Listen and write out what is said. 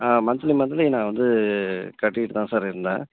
ஆ monthly monthly நான் வந்து கட்டிகிட்டு தான் சார் இருந்தேன்